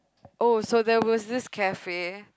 oh so there was this cafe